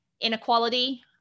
inequality